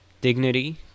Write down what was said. dignity